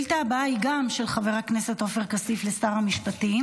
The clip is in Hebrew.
השאילתה הבאה היא גם של חבר הכנסת עופר כסיף לשר המשפטים,